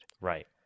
right